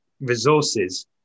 resources